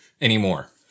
anymore